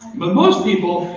but most people,